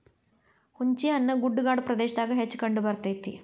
ಹುಂಚಿಹಣ್ಣು ಗುಡ್ಡಗಾಡ ಪ್ರದೇಶದಾಗ ಹೆಚ್ಚ ಕಂಡಬರ್ತೈತಿ